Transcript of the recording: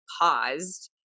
paused